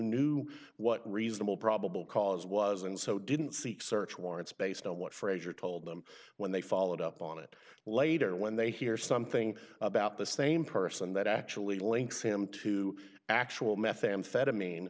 knew what reasonable probable cause was and so didn't seek search warrants based on what frazier told them when they followed up on it later when they hear something about the same person that actually links him to actual methamphetamine